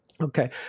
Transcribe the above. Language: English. Okay